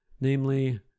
namely